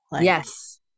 Yes